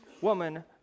woman